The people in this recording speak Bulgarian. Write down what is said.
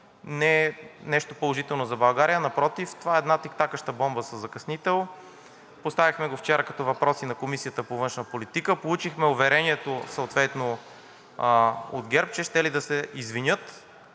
не е нещо положително за България, напротив, това е една тиктакаща бомба със закъснител. Поставихме го вчера като въпроси на Комисията по външна политика, получихме уверението съответно от ГЕРБ, че щели да се извинят,